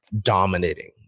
dominating